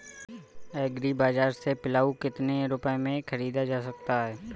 Agree बाजार से पिलाऊ कितनी रुपये में ख़रीदा जा सकता है?